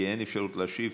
כי אין אפשרות להשיב,